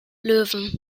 löwen